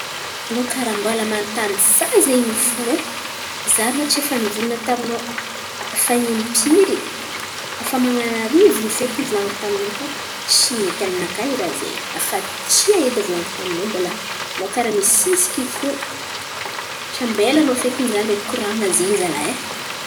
Anao karà mbola manontany za zen̈y fo e. Za ma tsy efa nivolan̈a taminao fa impiry afa man̈arivony feky nivolan̈ako taminao fa tsy mety aminakà i raha zen̈y. Afa tsia edy volan̈iko taminao anao mbola anao karà misisiky fo. Tsy ambelanao fekiny za ndreky koran̈a zen̈y zalahy e.